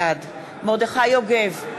בעד מרדכי יוגב,